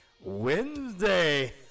Wednesday